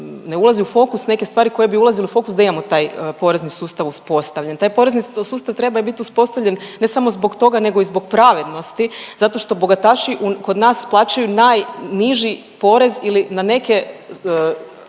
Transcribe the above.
ne ulazi u fokus neke stvari koje bi ulazile u fokus da imamo taj porezni sustav uspostavljen. Taj porezni sustav trebao je bit uspostavljen ne samo zbog toga nego i zbog pravednosti zato što bogataši kod nas plaćaju najniži porez ili na neke